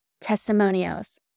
testimonials